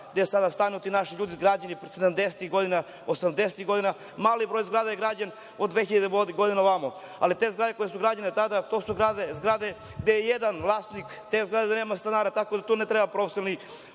gde sada stanuju ti naši ljudi izgrađeno pre 70-ih, 80-ih godina. Mali broj zgrada je građen od 2000. godine na ovamo, ali te zgrade koje su građene tada, to su zgrade gde je jedan vlasnik te zgrade gde nema stanara, tako da tu ne treba profesionalnih